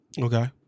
Okay